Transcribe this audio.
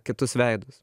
kitus veidus